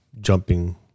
jumping